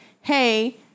hey